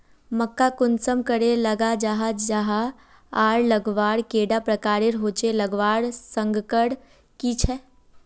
मक्का कुंसम करे लगा जाहा जाहा आर लगवार कैडा प्रकारेर होचे लगवार संगकर की झे?